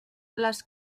les